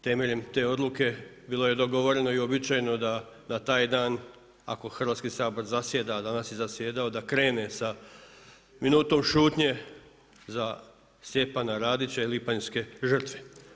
Temeljem te odluke bilo je dogovoreno i uobičajeno da na taj dan ako Hrvatski sabor zasjeda, a danas je zasjedao da krene sa minutom šutnje za Stjepana Radića i lipanjske žrtve.